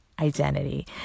Identity